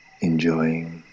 enjoying